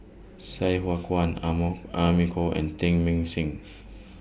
Sai Hua Kuan Amy Khor and Teng Mah Seng